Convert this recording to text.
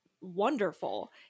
wonderful